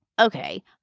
okay